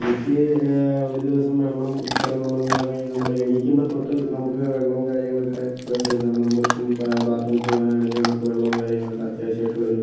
എനിക്ക് ഒരു ദിവസം വെള്ളം ചിലവുള്ളത് എന്ന് പറഞ്ഞു കഴിഞ്ഞാൽ നമ്മൾ എണീക്കുമ്പോൾ തൊട്ട് നമുക്ക് വെള്ളവും കാര്യങ്ങളൊക്കെ ചിലവ് വരുന്നുണ്ട് നമ്മളിപ്പോൾ ബാ ബാത് റൂമിൽ പോകാൻ ആണെങ്കിലും നമുക്ക് വെള്ളവും കാര്യങ്ങളൊക്കെ അത്യാവശ്യമായിട്ടുള്ളൊരു